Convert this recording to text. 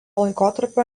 laikotarpio